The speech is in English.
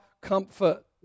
comfort